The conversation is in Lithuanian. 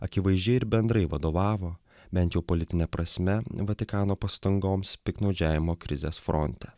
akivaizdžiai ir bendrai vadovavo bent jau politine prasme vatikano pastangoms piktnaudžiavimo krizės fronte